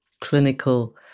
clinical